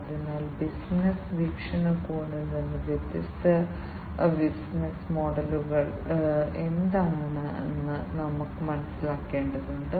അതിനാൽ വ്യാവസായിക മേഖലയിൽ ഉപയോഗിക്കുന്ന ഈ വ്യത്യസ്ത സെൻസറുകളുടെയും ആക്യുവേറ്ററുകളുടെയും പ്രത്യേകതകൾ നമ്മൾ ഇപ്പോൾ മനസ്സിലാക്കേണ്ടതുണ്ട്